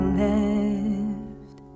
left